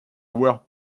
were